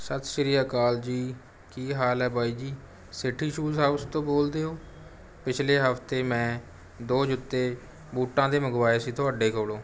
ਸਤਿ ਸ਼੍ਰੀ ਅਕਾਲ ਜੀ ਕੀ ਹਾਲ ਹੈ ਬਾਈ ਜੀ ਸਿਟੀ ਸ਼ੂਜ ਹਾਊਸ ਤੋਂ ਬੋਲਦੇ ਹੋ ਪਿਛਲੇ ਹਫ਼ਤੇ ਮੈਂ ਦੋ ਜੁੱਤੇ ਬੂਟਾਂ ਦੇ ਮੰਗਵਾਏ ਸੀ ਤੁਹਾਡੇ ਕੋਲੋਂ